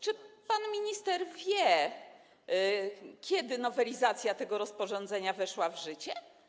Czy pan minister wie, kiedy nowelizacja tego rozporządzenia weszła w życie?